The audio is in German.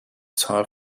zahl